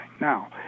Now